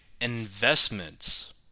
investments